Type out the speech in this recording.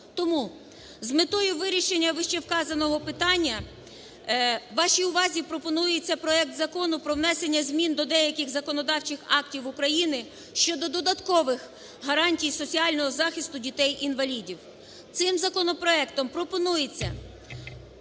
Тому з метою вирішення вище вказаного питання вашій увазі пропонується проект Закону про внесення змін до деяких законодавчих актів України щодо додаткових гарантій соціального захисту дітей-інвалідів. Цим законопроектом пропонується